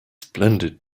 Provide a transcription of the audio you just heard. splendid